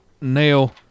nail